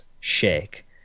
shake